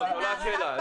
זאת לא השאלה.